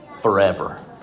forever